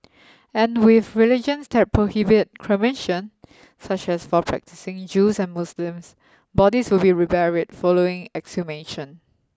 and with religions that prohibit cremation such as for practising Jews and Muslims bodies will be reburied following exhumation